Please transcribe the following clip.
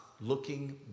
looking